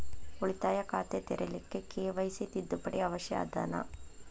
ಉಳಿತಾಯ ಖಾತೆ ತೆರಿಲಿಕ್ಕೆ ಕೆ.ವೈ.ಸಿ ತಿದ್ದುಪಡಿ ಅವಶ್ಯ ಅದನಾ?